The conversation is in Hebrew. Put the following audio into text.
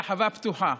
ברחבה פתוחה.